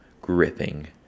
gripping